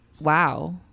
Wow